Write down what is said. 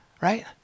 right